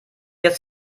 jetzt